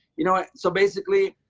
you know? so basically,